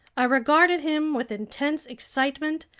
i regarded him with intense excitement,